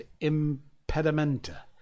impedimenta